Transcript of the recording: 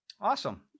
Awesome